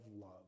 love